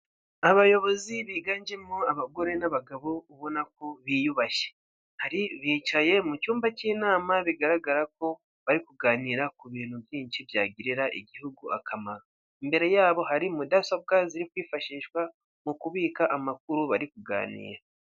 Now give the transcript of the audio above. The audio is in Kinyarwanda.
Abayobozi biganjemo abagore n'abagabo ubona ko biyubashye, hari bicaye mu cyumba k'inama bigaragara ko bari kuganira ku bintu byinshi byagirira igihugu akamaro, imbere yabo hari mudasobwa ziri kwifashishwa mu kubika amakuru bari kuganira.